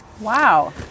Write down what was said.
Wow